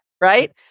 right